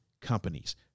companies